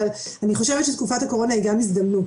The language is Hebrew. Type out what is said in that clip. אבל אני חושבת שתקופת הקורונה היא גם הזדמנות